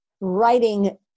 writing